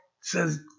says